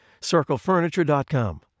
CircleFurniture.com